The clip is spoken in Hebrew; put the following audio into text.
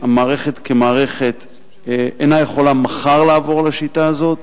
המערכת כמערכת אינה יכולה מחר לעבור לשיטה הזאת.